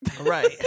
Right